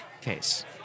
case